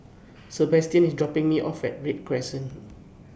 Sabastian IS dropping Me off At Read Crescent